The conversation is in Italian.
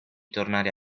tornare